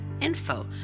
info